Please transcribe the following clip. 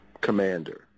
commander